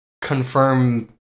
confirm